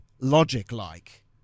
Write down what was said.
logic-like